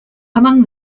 among